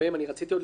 רציתי להוסיף,